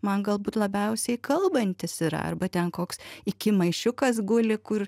man galbūt labiausiai kalbantys yra arba ten koks iki maišiukas guli kur